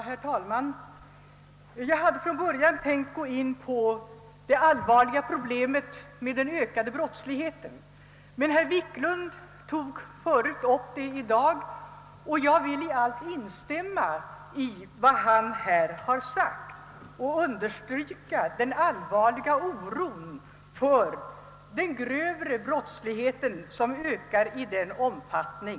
Herr talman! Jag hade tänkt ta upp det allvarliga problemet med den ökade brottsligheten. Herr Wiklund i Stockholm berörde det tidigare i dag, och jag vill i allt instämma i vad han här har sagt och understryka den allvarliga oron för den ökning av den grövre brottsligheten, som vi kan iaktta.